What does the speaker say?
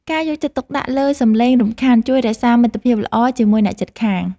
ការយកចិត្តទុកដាក់លើសម្លេងរំខានជួយរក្សាមិត្តភាពល្អជាមួយអ្នកជិតខាង។